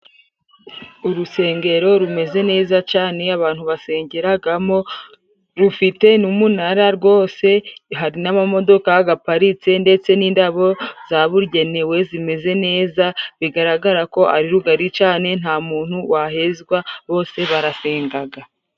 Urusengero rumeze neza cane, abantu basengeragamo, rufite n'umunara rwose hari n'amamodoka gaparitse ndetse n'indabo zabugenewe zimeze neza, bigaragara ko ari rugari cane nta muntu wahezwa bose barasengaga.